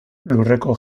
lurreko